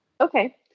Okay